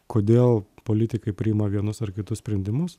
kodėl politikai priima vienus ar kitus sprendimus